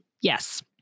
yes